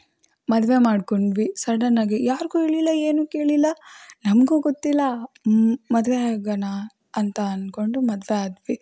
ಮದುವೆ ಮಾಡ್ಕೊಂಡ್ವಿ ಸಡನ್ನಾಗಿ ಯಾರಿಗೂ ಹೇಳಿಲ್ಲ ಏನು ಕೇಳಿಲ್ಲ ನಮಗೂ ಗೊತ್ತಿಲ್ಲ ಮದುವೆ ಆಗಣ ಅಂತ ಅನ್ಕೊಂಡು ಮದುವೆ ಆದ್ವಿ